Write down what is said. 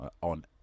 On